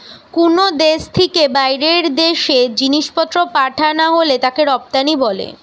কুনো দেশ থিকে বাইরের দেশে জিনিসপত্র পাঠানা হলে তাকে রপ্তানি বলে